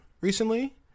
recently